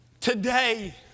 Today